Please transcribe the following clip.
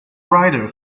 writer